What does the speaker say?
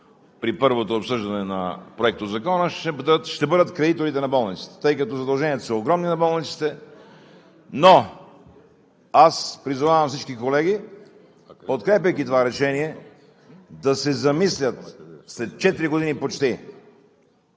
при първото обсъждане на Проектозакона, ще бъдат кредиторите на болниците, тъй като задълженията на болниците са огромни. Но аз призовавам всички колеги, подкрепяйки това решение, да се замислят – след четири години почти